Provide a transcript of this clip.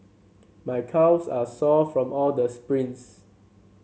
my calves are sore from all the sprints